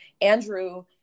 Andrew